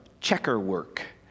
checkerwork